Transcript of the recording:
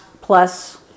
plus